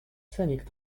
scenic